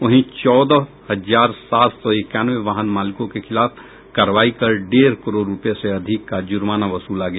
वहीं चौदह हजार सात सौ इक्यानवे वाहन मालिकों के खिलाफ कार्रवाई कर डेढ़ करोड़ रुपये से अधिक का जुर्माना वसूला गया